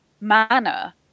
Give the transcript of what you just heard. manner